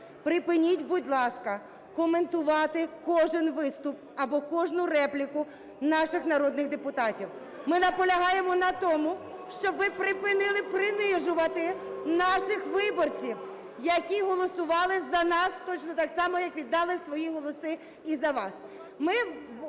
Припиніть, будь ласка, коментувати кожен виступ або кожну репліку наших народних депутатів. Ми наполягаємо на тому, щоб ви припинили принижувати наших виборців, які голосували за нас, точно так само, як віддали свої голоси і за вас.